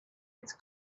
its